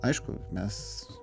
aišku mes